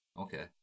Okay